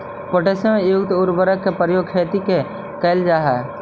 potassium युक्त उर्वरक के प्रयोग खेती में कैल जा हइ